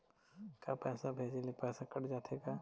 का पैसा भेजे ले पैसा कट जाथे का?